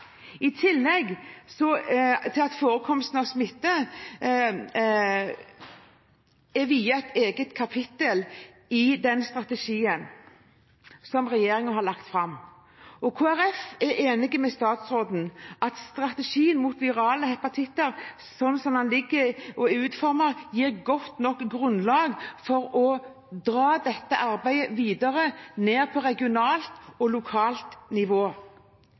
I tillegg er forekomstene av smitte viet et eget kapittel i den strategien som regjeringen har lagt fram. Kristelig Folkeparti er enig med statsråden i at strategien mot virale hepatitter, slik som den er utformet, gir godt nok grunnlag for å dra dette arbeidet videre ned på regionalt og lokalt nivå.